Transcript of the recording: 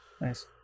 Nice